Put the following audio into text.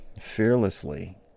fearlessly